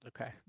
Okay